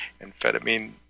amphetamine